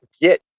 get